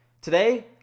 Today